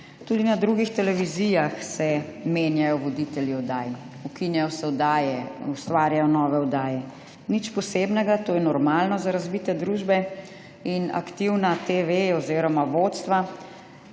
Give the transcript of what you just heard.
Tudi na drugih televizijah se menjajo voditelji oddaj. Ukinjajo se oddajo, ustvarjajo nove oddaje. Nič posebnega, to je normalno za razvite družbe in aktivna TV oziroma vodstva,